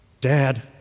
Dad